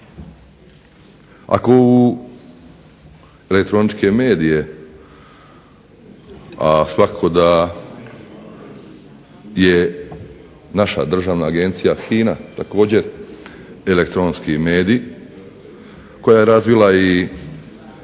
Ako u elektroničke medije, a svakako da je naša Državna agencija HINA također elektronski medij koja je razvila i